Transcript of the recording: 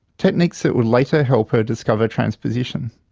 techniques that would later help her discover transposition.